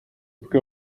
porque